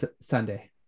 Sunday